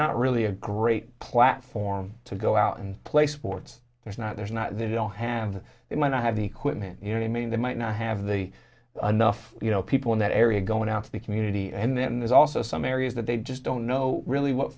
not really a great platform to go out and play sport there's not there's not they don't hand it might not have the equipment and i mean they might not have the enough you know people in that area going out to the community and then there's also some areas that they just don't know really what